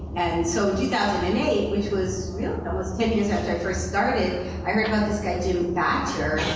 and so, two thousand and eight, which was real that was ten years after i first started, i heard about this guy, jim thatcher,